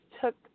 took